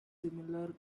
similar